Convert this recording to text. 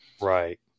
Right